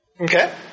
Okay